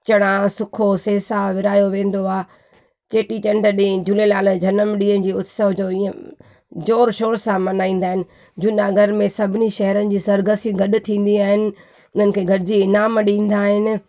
चणा सुखो सेसा विरिहायो वेंदो आहे चेटीचंड ॾींहं झूलेलाल जे जनमॾींहं जे उत्सव जो हीअं ज़ोर शोर सां मनाईंदा आहिनि जूनागढ़ में सभिनी शहरनि जूं सरगसियूं गॾु थींदियूं आहिनि उन्हनि खे गॾिजी इनाम ॾींदा आहिनि